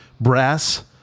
brass